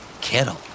Kettle